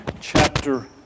chapter